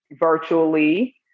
virtually